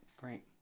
Great